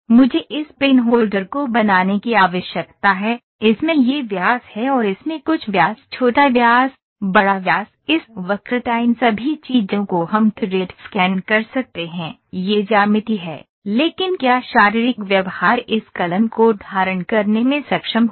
मुझे इस pen holder को बनाने की आवश्यकता है इसमें यह व्यास है और इसमें कुछ व्यास छोटा व्यास बड़ा व्यास इस वक्रता इन सभी चीजों को हम थ्रेड स्कैन कर सकते हैं यह ज्यामिति है लेकिन क्या शारीरिक व्यवहार इस कलम को धारण करने में सक्षम होगा